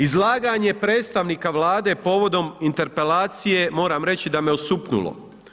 Izlaganje predstavnika Vlade povodom interpelacije moram reći da me osupnulo.